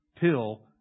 pill